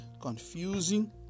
confusing